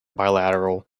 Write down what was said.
bilateral